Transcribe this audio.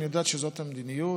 אני יודע שזאת המדיניות.